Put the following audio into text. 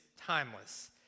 timeless